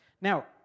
Now